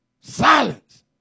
Silence